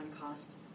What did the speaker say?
cost